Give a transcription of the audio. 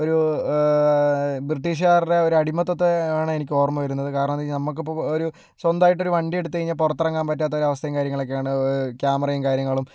ഒരു ബ്രിട്ടീഷുകാരുടെ ഒരു അടിമത്വത്തെ ആണ് എനിക്ക് ഓർമ്മവരുന്നത് കാരണം നമുക്കിപ്പോൾ ഒരു സ്വന്തമായിട്ട് ഒരു വണ്ടിയെടുത്ത് കഴിഞ്ഞാൽ പുറത്തിറങ്ങാൻ പറ്റാത്ത ഒരു അവസ്ഥയും കാര്യങ്ങളൊക്കെ ആണ് ക്യാമറയും കാര്യങ്ങളും